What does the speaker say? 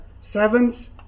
Sevens